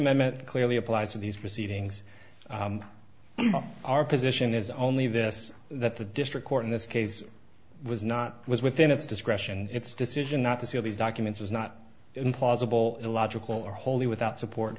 amendment clearly applies to these proceedings our position is only this that the district court in this case was not was within its discretion and its decision not to seal these documents is not implausible illogical or wholly without support